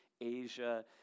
Asia